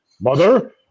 Mother